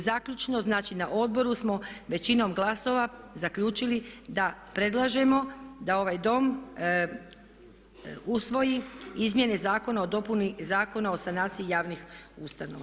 I zaključno, znači na odboru smo većinom glasova zaključili da predlažemo da ovaj Dom usvoji izmjene zakona o dopuni Zakona o sanaciji javnih ustanova.